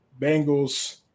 Bengals